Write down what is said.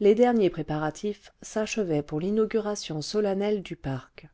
les derniers préparatifs s'achevaient pour l'inauguration solennelle du parc